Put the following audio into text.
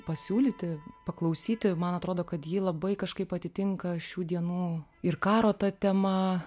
pasiūlyti paklausyti man atrodo kad ji labai kažkaip atitinka šių dienų ir karo ta tema